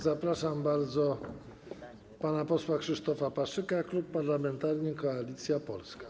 Zapraszam bardzo pana posła Krzysztofa Paszyka, Klub Parlamentarny Koalicja Polska.